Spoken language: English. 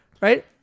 Right